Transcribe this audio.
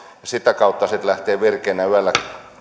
sitä kautta sitten lähteä virkeänä yöllä